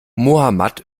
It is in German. mohammad